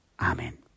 Amen